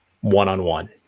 one-on-one